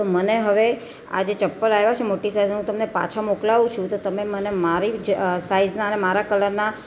તો મને હવે આજે ચપ્પલની આવ્યાં છે મોટી સાઈજનાં હું તમને પાછા મોકલાવું છું તો તમે મને મારી જે સાઈજનાં અને મારા કલરનાં